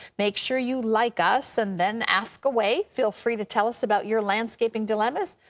make sure you like us and then ask away. feel free to tell us about your landscaping dilemmas,